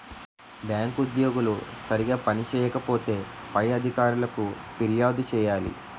bank ఉద్యోగులు సరిగా పని చేయకపోతే పై అధికారులకు ఫిర్యాదు చేయాలి